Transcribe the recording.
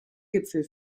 gipfel